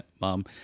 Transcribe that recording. mom